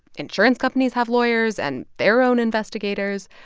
insurance companies have lawyers and their own investigators.